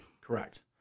Correct